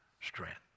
strength